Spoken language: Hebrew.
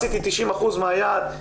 עשיתי 90% מהיעד,